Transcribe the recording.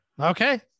Okay